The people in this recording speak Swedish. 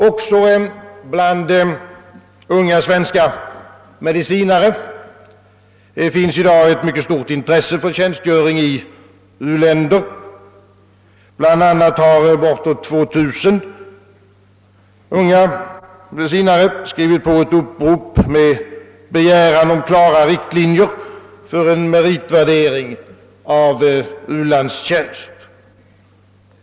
Också bland unga svenska medicinare finns i dag ett mycket stort intresse för tjänstgöring i u-länder. Bland annat har bortåt 2 000 unga medicinare skrivit på ett upprop med begäran om klara riktlinjer för en meritvärdering av u-landstjänst.